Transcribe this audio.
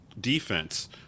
defense